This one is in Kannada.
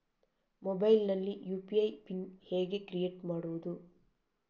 ಮೊಬೈಲ್ ನಲ್ಲಿ ಯು.ಪಿ.ಐ ಪಿನ್ ಹೇಗೆ ಕ್ರಿಯೇಟ್ ಮಾಡುವುದು?